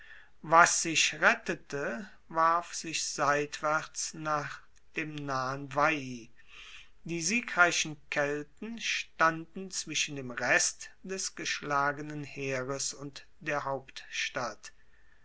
was sich rettete warf sich seitwaerts nach dem nahen veii die siegreichen kelten standen zwischen dem rest des geschlagenen heeres und der hauptstadt